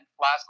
Last